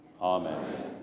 Amen